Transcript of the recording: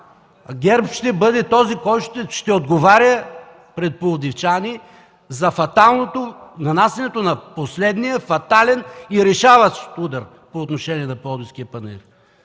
ГЕРБ ще бъде този, който ще отговаря пред пловдивчани за нанасянето на последния фатален и решаващ удар по отношение на Пловдивския панаир.